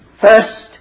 First